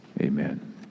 Amen